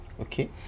Okay